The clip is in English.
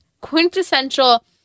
quintessential